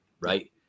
right